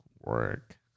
work